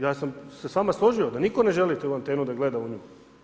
Ja sam se s vama složio, da nitko ne želi tu antenu da gleda u nju.